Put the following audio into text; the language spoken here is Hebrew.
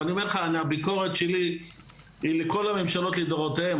ואני אומר לך שהביקורת שלי היא לכל הממשלות לדורותיהן,